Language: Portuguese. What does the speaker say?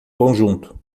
conjunto